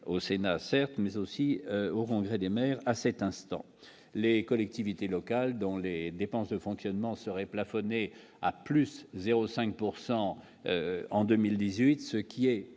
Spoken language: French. au Sénat, certes, mais aussi, on voudrait des mers à cet instant, les collectivités locales dont les dépenses de fonctionnement serait plafonné à plus 0 5 pourcent en 2018, ce qui est